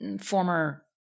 former